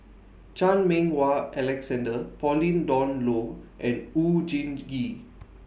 Chan Meng Wah Alexander Pauline Dawn Loh and Oon Jin Gee